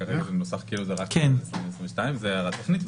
כרגע זה מנוסח כאילו זה רק 2022. זו הערה טכנית.